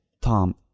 Tom